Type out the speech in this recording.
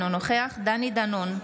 אינו נוכח דני דנון,